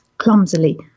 Clumsily